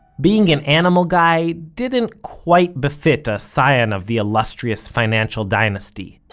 being an animal guy didn't quite befit a scion of the illustrious financial dynasty.